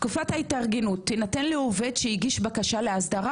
תקופת ההתארגנות תינתן לעובד שהגיש בקשה להסדרה